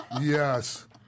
Yes